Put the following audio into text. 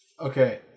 okay